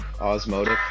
Osmotic